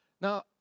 Now